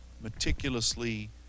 meticulously